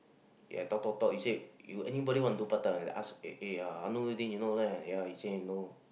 ya talk talk talk he say you anybody want do part time ask eh eh ya you know already ya he say no